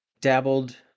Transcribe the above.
dabbled